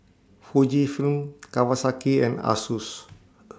Fujifilm Kawasaki and Asus